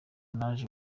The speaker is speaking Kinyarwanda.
naje